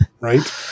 Right